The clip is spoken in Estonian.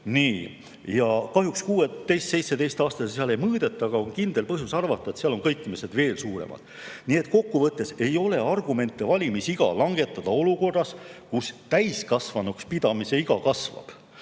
seas. Kahjuks 16–17-aastaste puhul seda seal ei mõõdeta, aga on kindel põhjus arvata, et seal on kõikumised veel suuremad. Nii et kokkuvõttes ei ole argument valimisiga langetada olukorras, kus täiskasvanuks pidamise iga kasvab.